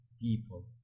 people